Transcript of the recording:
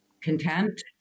content